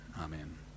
Amen